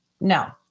No